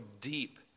deep